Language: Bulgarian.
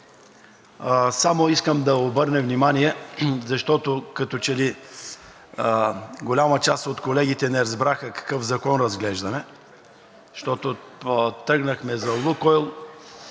Искам да обърна внимание, защото като че ли голяма част от колегите не разбраха какъв закон разглеждаме. Тръгнахме за „Лукойл“,